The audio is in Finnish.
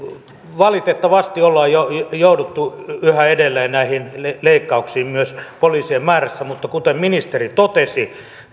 valitettavasti ollaan jouduttu yhä edelleen näihin leikkauksiin myös poliisien määrässä mutta kuten ministeri totesi